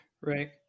right